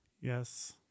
Yes